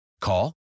Call